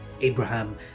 Abraham